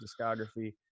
discography